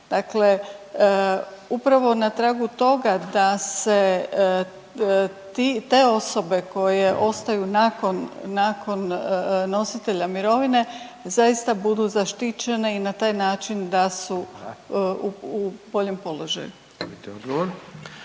dakle upravo na tragu toga da se ti, te osobe koje ostaju nakon, nakon nositelja mirovine zaista budu zaštićene i na taj način da su u boljem položaju.